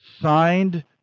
signed